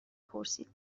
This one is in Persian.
پرسید